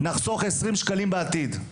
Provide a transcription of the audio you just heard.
נחסוך 20 ₪ בעתיד.